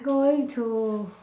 going to